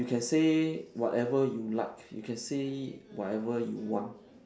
you can say whatever you like you can say whatever you want